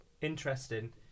interesting